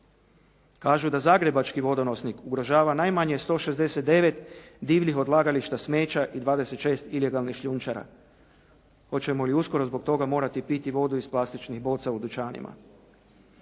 Kažu da zagrebački vodonosnik ugrožava najmanje 169 divljih odlagališta smeća i 26 ilegalnih šljunčara. Hoćemo li uskoro zbog toga morati piti vodu iz plastičnih boca u dućanima?